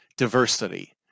diversity